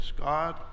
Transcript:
God